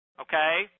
Okay